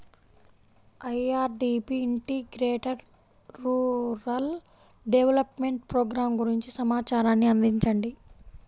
IRDP integrated rural development programme గురించి సమాచారాన్ని అందించండి?